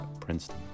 Princeton